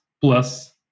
plus